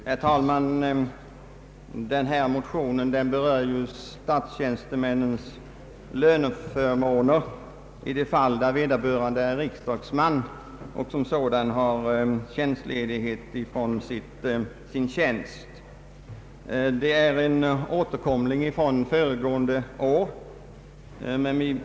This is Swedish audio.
Herr talman! Det motionspar som nu behandlas berör löneförmåner för statstjänsteman i de fall där vederbörande är riksdagsman och som sådan har tjänstledighet från sin tjänst. Det är ett motionspar som har återkommit från föregående år.